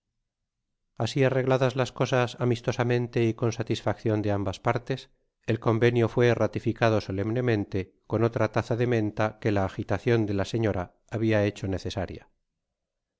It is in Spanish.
asi arregladas las cosas amistosamente y con satisfaccion de ambas partes el convenio fué rectificado solemnemente con otra taza de menta que la agitacion de la señora habia hecho necesaria